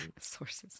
Sources